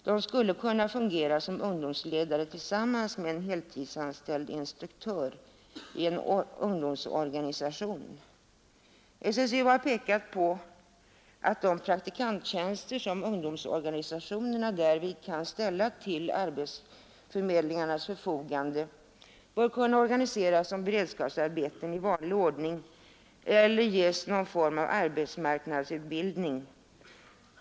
De skulle kunna fungera som ungdomsledare tillsammans med en heltidsanställd instruktör i en ungdomsorganisation. SSU har pekat på att de praktikanttjänster som ungdomsorganisatonerna därvid kan ställa till arbetsförmedlingarnas förfogande bör kunna organiseras som beredskapsarbeten i vanlig ordning eller någon form av arbetsmarknadsutbildning.